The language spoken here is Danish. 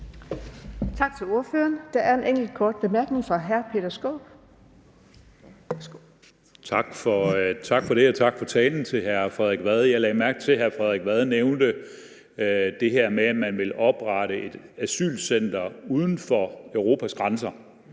Tak til ordføreren. Der er en enkelt med en kort bemærkning. Hr. Peter Skaarup. Kl. 15:24 Peter Skaarup (DD): Tak for det, og tak for talen til hr. Frederik Vad. Jeg lagde mærke til, at hr. Frederik Vad nævnte det her med, at man vil oprette et asylcenter uden for Europas grænser,